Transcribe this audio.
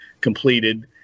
completed